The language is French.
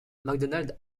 macdonald